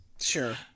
Sure